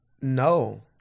No